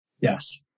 yes